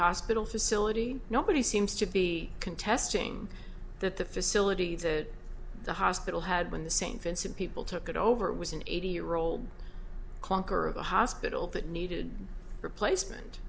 hospital facility nobody seems to be contesting that the facility that the hospital had when the st vincent people took it over was an eighty year old clunker of a hospital that needed replacement